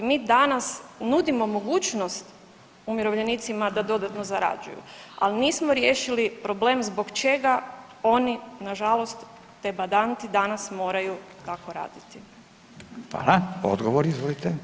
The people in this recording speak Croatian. Mi danas nudimo mogućnost umirovljenicima da dodatno zarađuju, ali nismo riješili problem zbog čega oni nažalost te badanti danas moraju tako raditi.